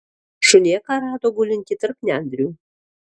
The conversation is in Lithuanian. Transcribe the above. šunėką rado gulintį tarp nendrių